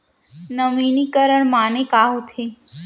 नवीनीकरण माने का होथे?